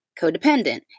codependent